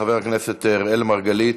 חבר הכנסת אראל מרגלית,